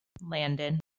Landon